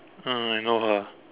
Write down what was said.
mm I know her